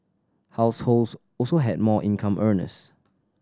households also had more income earners